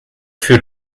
für